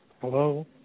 hello